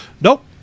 Nope